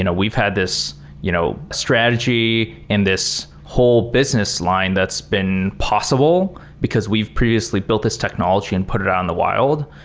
and we've had this you know strategy and this whole business line that's been possible because we've previously built this technology and put it on the wild.